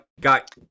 got